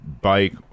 bike